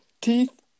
teeth